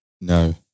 No